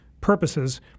purposes